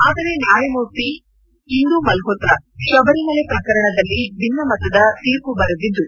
ಆದರೆ ನ್ಡಾಯಮೂರ್ತಿ ಇಂದು ಮಲ್ಹೋತ್ರ ಶಬರಿಮಲೆ ಪ್ರಕರಣದಲ್ಲಿ ಭಿನ್ನಮತದ ತೀರ್ಮ ಬರೆದಿದ್ದು